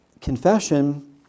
confession